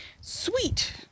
Sweet